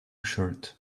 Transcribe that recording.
shirt